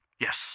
Yes